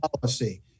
policy